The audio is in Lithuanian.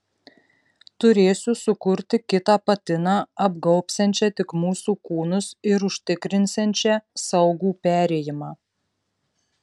turėsiu sukurti kitą patiną apgaubsiančią tik mūsų kūnus ir užtikrinsiančią saugų perėjimą